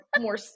more